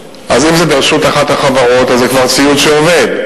אז אם זה ברשות אחת החברות זה כבר ציוד שעובד.